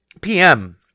PM